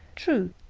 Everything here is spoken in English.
true,